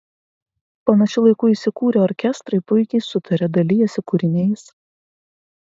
panašiu laiku įsikūrę orkestrai puikiai sutaria dalijasi kūriniais